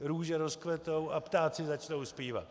Růže rozkvetou a ptáci začnou zpívat.